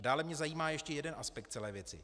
Dále mě zajímá ještě jeden aspekt celé věci.